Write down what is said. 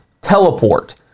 teleport